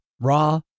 Raw